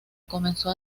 comenzó